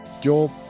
Job